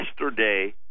Yesterday